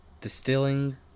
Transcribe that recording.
distilling